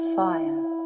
fire